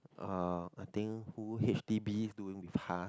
um I think who H_D_B doing with task